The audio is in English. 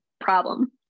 problem